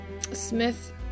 Smith